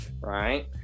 right